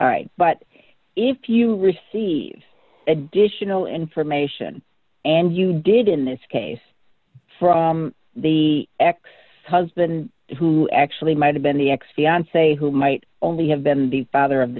right but if you received additional information and you did in this case from the ex husband who actually might have been the ex fiance who might only have been the father of the